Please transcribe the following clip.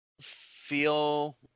feel